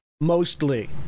Mostly